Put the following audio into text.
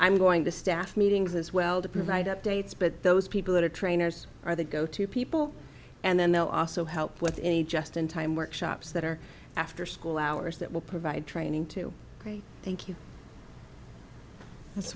i'm going to staff meetings as well to provide updates but those people that are trainers are the go to people and then they'll also help with any just in time workshops that are after school hours that will provide training to thank you